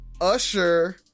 Usher